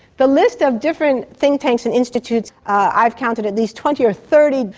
the list of different think tanks and institutes, i've counted at least twenty or thirty,